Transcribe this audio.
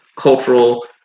cultural